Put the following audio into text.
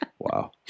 Wow